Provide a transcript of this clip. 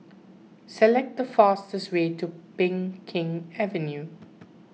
select the fastest way to Peng Kang Avenue